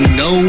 no